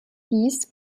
dies